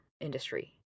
industry